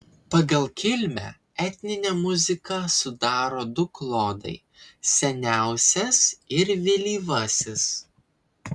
pagal kilmę etninę muziką sudaro du klodai seniausias ir vėlyvasis